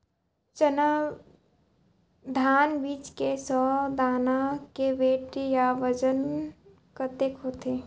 धान बीज के सौ दाना के वेट या बजन कतके होथे?